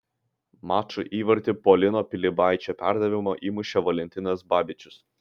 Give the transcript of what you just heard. mačo įvartį po lino pilibaičio perdavimo įmušė valentinas babičius